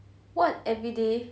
what everyday